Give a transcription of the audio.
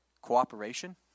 cooperation